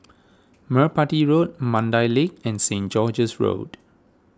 Merpati Road Mandai Lake and St George's Road